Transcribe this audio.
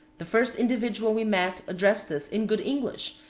the first individual we met addressed us in good english,